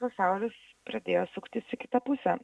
pasaulis pradėjo suktis į kitą pusę